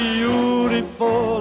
beautiful